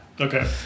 Okay